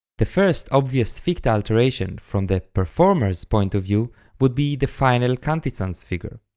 the first obvious ficta alteration from the performer's point of view would be the final cantizans figure,